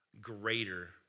greater